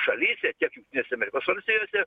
šalyse tiek jungtinėse amerikos valstijose